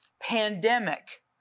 Pandemic